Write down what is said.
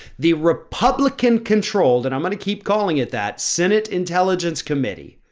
the republican controlled. and i'm going to keep calling it that senate intelligence committee